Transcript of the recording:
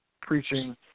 preaching